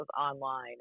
online